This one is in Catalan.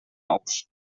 ous